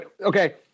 Okay